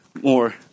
more